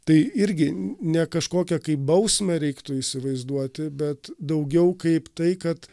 tai irgi ne kažkokią kaip bausmę reiktų įsivaizduoti bet daugiau kaip tai kad